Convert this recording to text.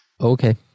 Okay